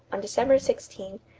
on december sixteen,